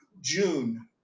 June